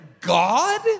God